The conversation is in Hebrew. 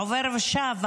העובר ושב,